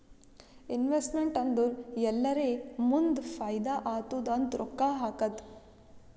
investment ಅಂದುರ್ ಎಲ್ಲಿರೇ ಮುಂದ್ ಫೈದಾ ಆತ್ತುದ್ ಅಂತ್ ರೊಕ್ಕಾ ಹಾಕದ್